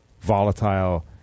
volatile